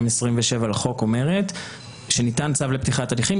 227 לחוק אומרת שכאשר ניתן צו לפתיחת הליכים,